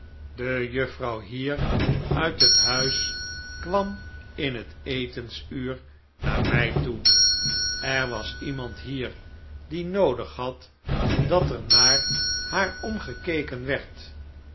de juffrouw hier uit het huis kwam in het etensuur naar mij toe er was iemand hier die noodig had dat er naar haar omgekeken werd